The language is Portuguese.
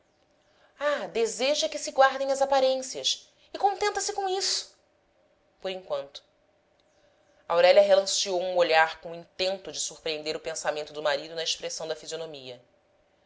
ah deseja que se guardem as aparências e contenta-se com isso por enquanto aurélia relanceou um olhar com o intento de surpreender o pensamento do marido na expressão da fisionomia